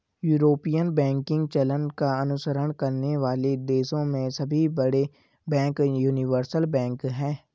European banking चलन का अनुसरण करने वाले देशों में सभी बड़े बैंक यूनिवर्सल बैंक हैं